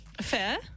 fair